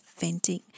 venting